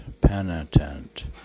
penitent